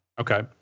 Okay